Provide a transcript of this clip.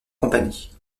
compagnies